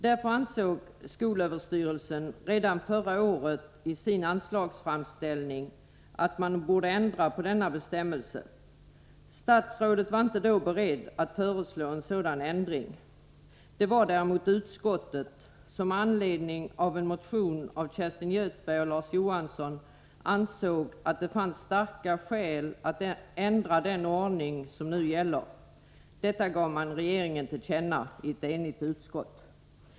Därför ansåg skolöverstyrelsen redan förra året i sin anslagsframställning att man borde ändra på denna bestämmelse. Statsrådet var inte då beredd att föreslå en sådan ändring. Det var däremot utskottet, som med anledning av en motion av Kerstin Göthberg och Larz Johansson ansåg att det fanns starka skäl att ändra den ordning som nu gäller. Detta gav ett enigt utskott regeringen till känna.